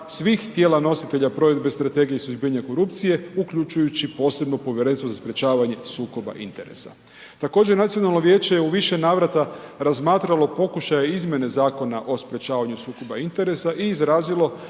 svih tijela nositelja provedbe i strategije suzbijanja korupcije uključujući posebno Posebno povjerenstvo za sprječavanje sukoba interesa. Također nacionalno vijeće je u više navrata razmatralo pokušaj izmjene Zakona o sprječavanju sukoba interesa i izrazilo